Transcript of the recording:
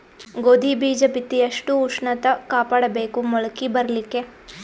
ಗೋಧಿ ಬೀಜ ಬಿತ್ತಿ ಎಷ್ಟ ಉಷ್ಣತ ಕಾಪಾಡ ಬೇಕು ಮೊಲಕಿ ಬರಲಿಕ್ಕೆ?